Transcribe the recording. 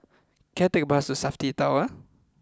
can I take a bus to Safti Tower